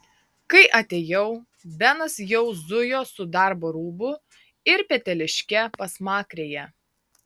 kai atėjau benas jau zujo su darbo rūbu ir peteliške pasmakrėje